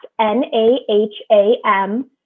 n-a-h-a-m